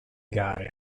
gare